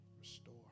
restore